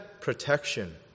protection